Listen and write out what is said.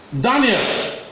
Daniel